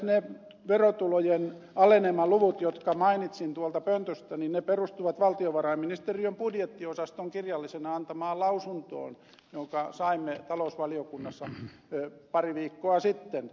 ne verotulojen alenemaluvut jotka mainitsin tuolta pöntöstä perustuvat valtiovarainministeriön budjettiosaston kirjallisena antamaan lausuntoon jonka saimme talousvaliokunnassa pari viikkoa sitten